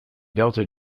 delta